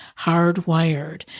hardwired